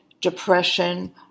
depression